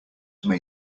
may